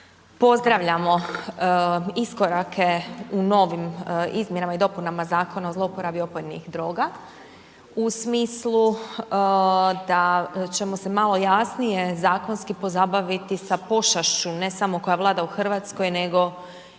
pozdravljamo iskorake u u novim izmjenama i dopunama Zakona o zlouporabi opojnih droga u smislu da ćemo se malo jasnije zakonski pozabaviti sa pošašću ne samo koja vlada u RH, nego i u